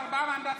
עם ארבעה מנדטים,